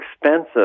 expensive